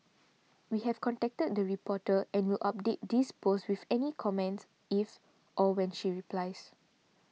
we have contacted the reporter and will update this post with any comments if or when she replies